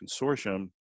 consortium